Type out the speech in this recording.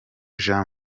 jean